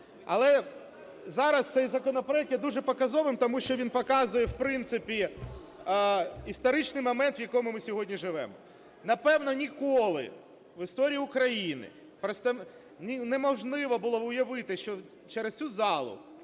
Але зараз цей законопроект є дуже показовим, тому що він показує, в принципі, історичний момент, в якому ми сьогодні живемо. Напевно, ніколи в історії України неможливо було уявити, що через цю залу